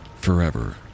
forever